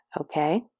okay